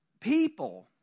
people